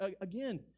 Again